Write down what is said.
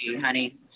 honey